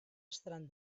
estaran